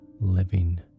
living